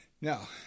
Now